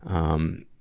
um,